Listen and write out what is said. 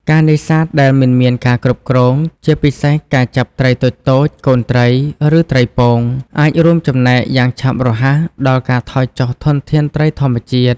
ការនេសាទដែលមិនមានការគ្រប់គ្រង ជាពិសេសការចាប់ត្រីតូចៗ កូនត្រី ឬត្រីពង អាចរួមចំណែកយ៉ាងឆាប់រហ័សដល់ការថយចុះធនធានត្រីធម្មជាតិ។